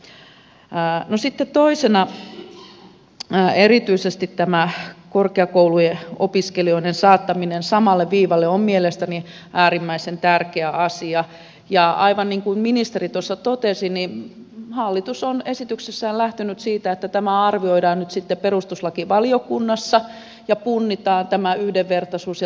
no sitten toisena erityisesti tämä korkeakoulujen opiskelijoiden saattaminen samalle viivalle on mielestäni äärimmäisen tärkeä asia ja aivan niin kuin ministeri tuossa totesi hallitus on esityksessään lähtenyt siitä että tämä arvioidaan nyt sitten perustuslakivaliokunnassa ja punnitaan tämä yhdenvertaisuus ja tasavertaisuusasia